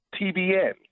TBN